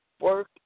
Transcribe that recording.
work